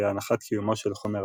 היא הנחת קיומו של חומר אפל.